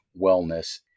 Wellness